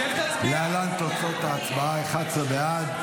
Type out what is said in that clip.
להלן תוצאות ההצבעה: 11 בעד,